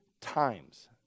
times